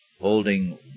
holding